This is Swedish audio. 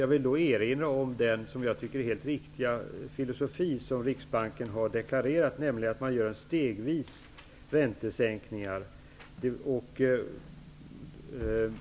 Jag vill då erinra om den som jag tycker helt riktiga filosofin som Riksbanken har deklarerat, nämligen att man gör stegvisa räntesänkningar.